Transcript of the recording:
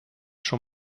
schon